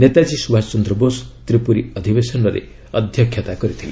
ନେତାଜୀ ସୁଭାଷ ଚନ୍ଦ୍ର ବୋଷ ତ୍ରିପୁରୀ ଅଧିବେଶନରେ ଅଧ୍ୟକ୍ଷତା କରିଥିଲେ